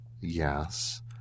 yes